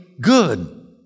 good